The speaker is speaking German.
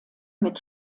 mit